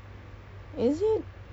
you have to like